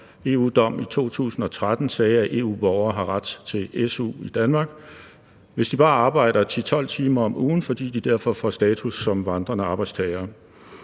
EU-dom i 2013 sagde, at EU-borgere har ret til su i Danmark, hvis de bare arbejder 10-12 timer om ugen, fordi de derfor får status som vandrende arbejdstagere.